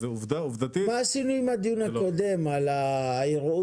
מה עשינו עם הדיון הקודם על הערעור?